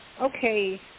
okay